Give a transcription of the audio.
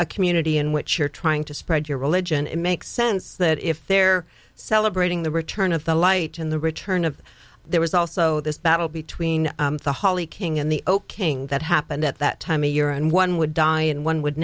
a community in which you're trying to spread your religion it makes sense that if they're celebrating the return of the light in the return of there was also this battle between the holly king and the oak king that happened at that time a year and one would die and one would